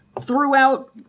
throughout